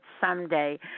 someday